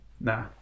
Nah